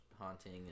haunting